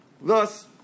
Thus